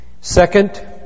Second